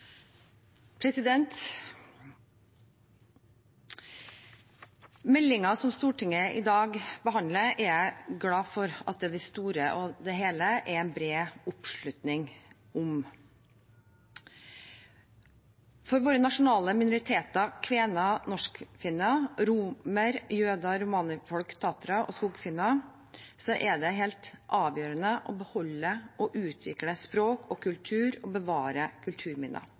at det i det store og hele er bred oppslutning om. For våre nasjonale minoriteter – kvener, norskfinner, romer, jøder, romanifolk, tatere og skogfinner – er det helt avgjørende å beholde og utvikle språk og kultur og bevare kulturminner.